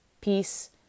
peace